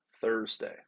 Thursday